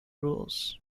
rules